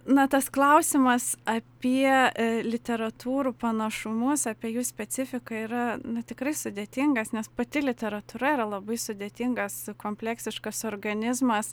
na tas klausimas apie literatūrų panašumus apie jų specifiką yra tikrai sudėtingas nes pati literatūra yra labai sudėtingas kompleksiškas organizmas